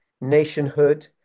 nationhood